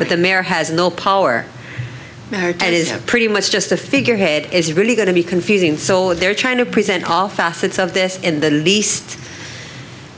but the mayor has no power it is pretty much just a figurehead is really going to be confusing so they're trying to present all facets of this in the least